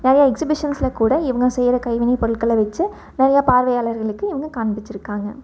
நிறைய எக்ஸிபிஷன்ஸ்சில் கூட இவங்க செய்கிற கைவினை பொருட்களை வச்சு நிறையா பார்வையாளர்களுக்கு இவங்க காண்பிச்சுருக்காங்க